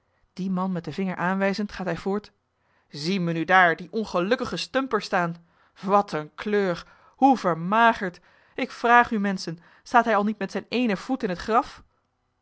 dien man met den vinger aanwijzend gaat hij voort zie me daar nu dien ongelukkigen stumper staan wat eene kleur hoe vermagerd ik vraag u menschen staat hij al niet met zijn éénen voet in het graf